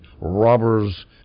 robbers